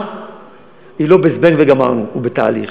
היא לא ב"זבנג וגמרנו"; היא בתהליך.